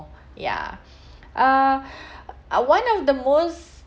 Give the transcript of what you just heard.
ya uh uh one of the most